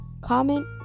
comment